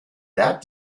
that